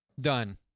done